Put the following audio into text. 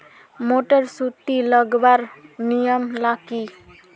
Motor सुटी लगवार नियम ला की?